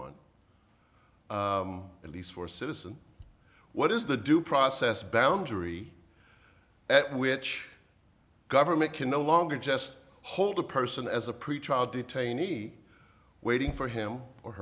one at least for citizen what is the due process boundary at which government can no longer just hold a person as a pretrial detainee waiting for him or